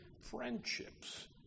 friendships